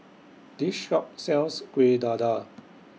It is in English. This Shop sells Kueh Dadar